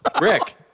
Rick